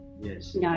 Yes